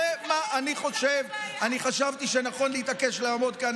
בפעם הבאה זה יכול להיות משמאל, זה מסגור חמור.